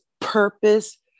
purpose